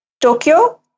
Tokyo